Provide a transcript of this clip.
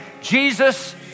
Jesus